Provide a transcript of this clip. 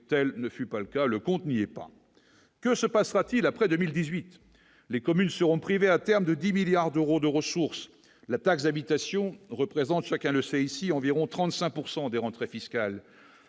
telle ne fut pas le cas, le compte n'y est pas, que se passera-t-il après 2018 les communes seront privés à terme de 10 milliards d'euros de ressources, la taxe d'habitation représentent chacun le sait ici environ 35 pourcent des rentrées fiscales,